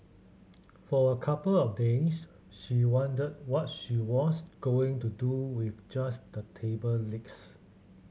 for a couple of days she wondered what she was going to do with just the table legs